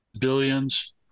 billions